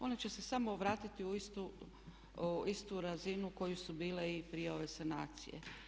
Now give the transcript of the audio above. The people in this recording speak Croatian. One će se samo vratiti u istu razinu koju su bile i prije ove sanacije.